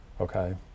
Okay